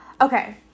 okay